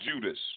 Judas